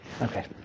Okay